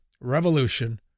revolution